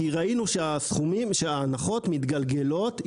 כי ראינו שההנחות מתגלגלות,